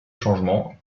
changement